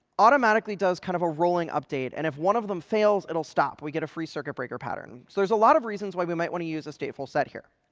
automatically does kind of a rolling update. and if one of them them fails, it'll stop. we get a free circuit breaker pattern. so there's a lot of reasons why we might want to use a statefulset here.